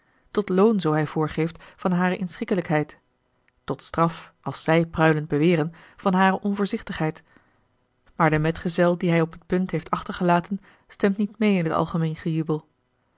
tot loon zoo hij voorgeeft van hare inschikkelijkheid tot straf als zij pruilend beweren van hare onvoorzichtigheid maar de metgezel dien hij op de punt heeft achtergelaten stemt niet meê in het algemeen gejubel